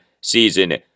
season